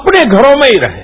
अपने घरों में ही रहें